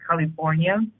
California